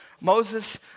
Moses